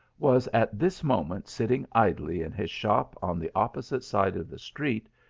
was at this moment sitting idly in his shop on the opposite side of the street,